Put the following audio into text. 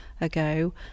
ago